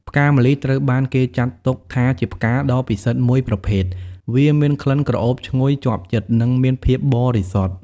ផ្កាម្លិះត្រូវបានគេចាត់ទុកថាជាផ្កាដ៏ពិសិដ្ឋមួយប្រភេទ វាមានក្លិនក្រអូបឈ្ងុយជាប់ចិត្ត និងមានភាពបរិសុទ្ធ។